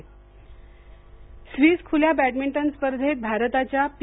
Swiss Open Swiss खुल्या badminton स्पर्धेत भारताच्या पी